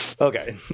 Okay